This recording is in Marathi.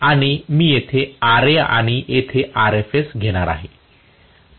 आणि मी येथे Ra आणि येथे Rfs घेणार आहे